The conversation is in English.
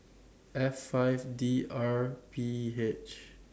F five D R P H